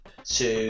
Two